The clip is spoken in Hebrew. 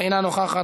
אינה נוכחת.